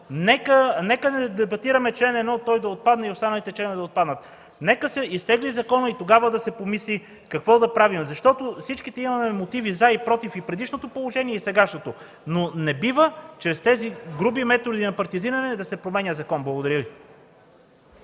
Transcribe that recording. нека не дебатираме чл. 1 – той да отпадне, и останалите членове да отпаднат. Нека се изтегли законът и тогава да се помисли какво да правим, защото всички имаме мотиви „за” и „против” – и предишното положение, и сегашното, но не бива чрез тези груби методи на партизиране да се променя закон. Благодаря Ви.